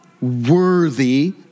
worthy